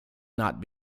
not